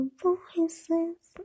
voices